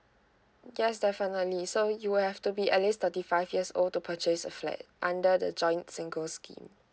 yes definitely so you will have to be at least thirty five years old to purchase a flat under the joint single scheme